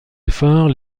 efforts